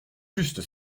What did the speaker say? juste